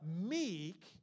meek